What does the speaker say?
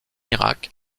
irak